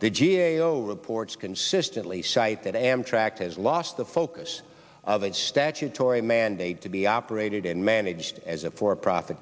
the g a o reports consistently cite that amtrak has lost the focus of its statutory mandate to be operated and managed as a for profit